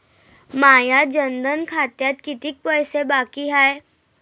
माया जनधन खात्यात कितीक पैसे बाकी हाय?